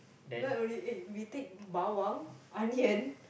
not only egg we take bawang onion